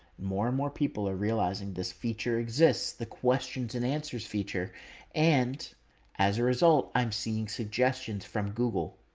more and more people are realizing this feature exists, the questions and answers feature and as a result i'm seeing suggestions from google.